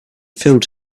filled